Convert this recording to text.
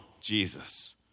Jesus